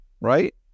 right